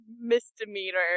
misdemeanor